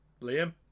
Liam